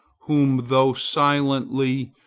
whom, though silently,